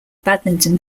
badminton